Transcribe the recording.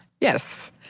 Yes